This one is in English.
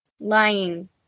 lying